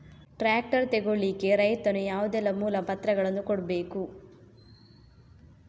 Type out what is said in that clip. Tractor ತೆಗೊಳ್ಳಿಕೆ ರೈತನು ಯಾವುದೆಲ್ಲ ಮೂಲಪತ್ರಗಳನ್ನು ಕೊಡ್ಬೇಕು?